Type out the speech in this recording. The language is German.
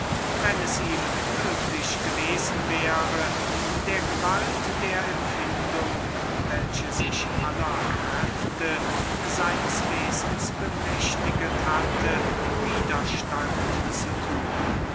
wenn es ihm möglich gewesen wäre der zauberischen gewalt der empfindung in welche alle kräfte seines wesens zerflossen schienen widerstand zu tun